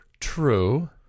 True